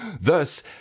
Thus